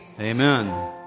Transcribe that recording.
Amen